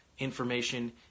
Information